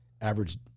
average